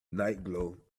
nightglow